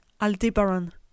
Aldebaran